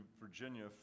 Virginia